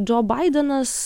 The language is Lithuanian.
džo baidenas